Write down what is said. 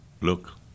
look